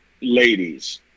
ladies